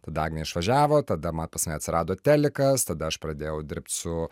tada agnė išvažiavo tada mat pas mane atsirado telikas tada aš pradėjau dirbt su